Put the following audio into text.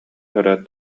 көрөөт